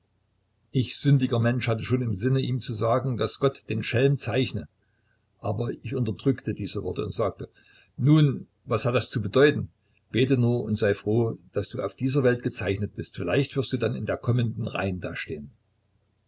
ich sündiger mensch hatte schon im sinne ihm zu sagen daß gott den schelm zeichne aber ich unterdrückte diese worte und sagte nun was hat das zu bedeuten bete nur und sei froh daß du auf dieser welt gezeichnet bist vielleicht wirst du dann in der kommenden rein dastehen